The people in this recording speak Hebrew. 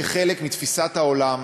כחלק מתפיסת העולם,